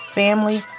family